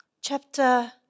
chapter